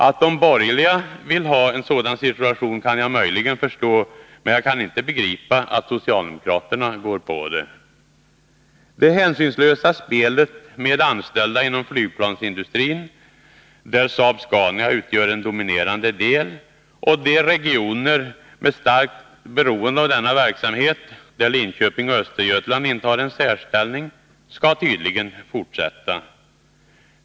Att de borgerliga vill ha en sådan situation kan jag möjligen förstå, men jag kan inte begripa att socialdemokraterna går på det. Det hänsynslösa spelet med anställda inom flygplansindustrin — där Saab-Scania utgör en dominerande del — och regioner med starkt beroende av denna verksamhet, där Linköping och Östergötland intar en särställning, skall tydligen fortsätta.